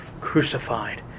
crucified